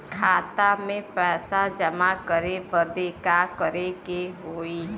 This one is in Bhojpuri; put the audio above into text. खाता मे पैसा जमा करे बदे का करे के होई?